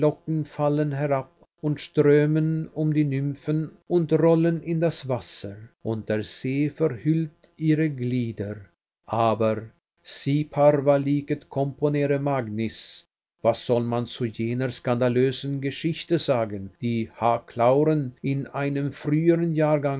fallen herab und strömen um die nymphen und rollen in das wasser und der see verhüllt ihre glieder aber si parva licet componere magnis was soll man zu jener skandalösen geschichte sagen die h clauren in einem früheren